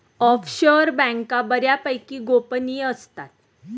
offshore बँका बऱ्यापैकी गोपनीय असतात